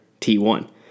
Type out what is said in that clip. T1